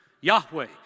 Yahweh